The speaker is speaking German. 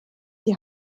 die